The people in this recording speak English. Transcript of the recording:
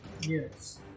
Yes